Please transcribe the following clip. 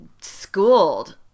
schooled